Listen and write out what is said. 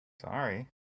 Sorry